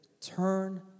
Turn